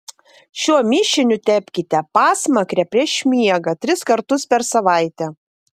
šiuo mišiniu tepkite pasmakrę prieš miegą tris kartus per savaitę